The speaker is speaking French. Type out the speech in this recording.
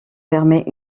permet